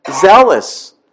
Zealous